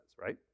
right